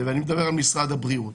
ואני מדבר על משרד הבריאות